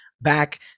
back